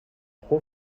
pro